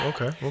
Okay